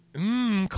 Mmm